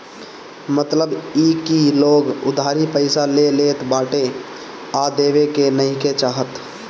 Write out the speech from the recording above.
मतलब इ की लोग उधारी पईसा ले लेत बाटे आ देवे के नइखे चाहत